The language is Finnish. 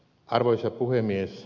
arvoisa puhemies